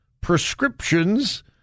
prescriptions